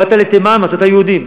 באת לתימן מצאת יהודים,